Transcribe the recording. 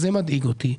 זה מדאיג אותי,